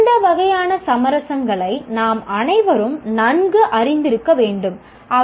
இந்த வகையான சமரசங்களை நாம் அனைவரும் நன்கு அறிந்திருக்கிறோம்